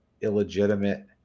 illegitimate